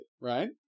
right